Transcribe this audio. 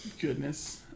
Goodness